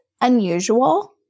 unusual